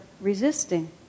resisting